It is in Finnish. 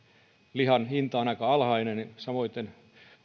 lihan hinta on aika alhainen samoiten